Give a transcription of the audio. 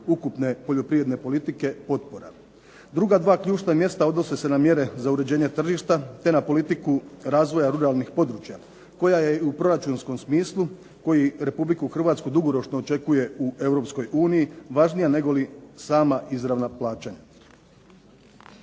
ukupne poljoprivredne politike potpora. Druga dva ključna mjesta odnose se na mjere za uređenje tržišta te na politiku razvoja ruralnih područja koja je u proračunskom smislu koji Republiku Hrvatsku dugoročno očekuje u Europskoj uniji važnija negoli sama izravna plaćanja.